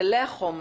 גלי החום,